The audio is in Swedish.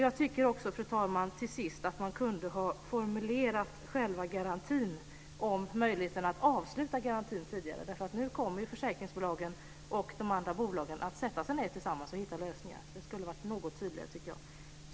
Jag tycker också till sist, fru talman, att man kunde ha formulerat själva garantin med möjligheten att avsluta garantin tidigare, därför att nu kommer försäkringsbolagen och de andra bolagen att sätta sig ned tillsammans och hitta lösningar. Jag tycker att det skulle ha varit något tydligare.